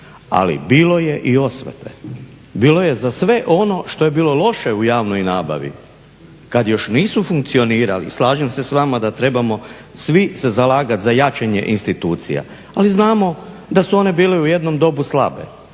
Ali bilo je i osvete. Bilo je za sve ono što je bilo loše u javnoj nabavi kad još nisu funkcionirali, slažem se s vama da trebamo svi se zalagati za jačanje institucija, ali znamo da su one bile u jednom dobu slabe